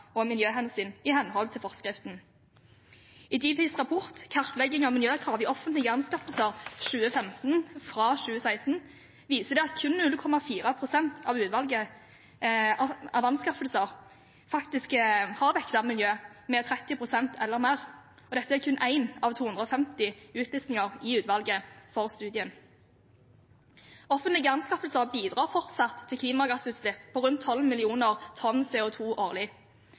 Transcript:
og miljøhensyn, i henhold til forskriften. I Difis rapport om kartlegging av miljøkrav i offentlige anskaffelser for 2015, fra 2016, viser det seg at kun 0,4 pst. av anskaffelser faktisk har vektet miljø med 30 pst. eller mer. Dette er kun 1 av rundt 250 utlysninger i utvalget for studien. Offentlige anskaffelser bidrar fortsatt til klimagassutslipp på rundt 12 mill. tonn CO 2 årlig.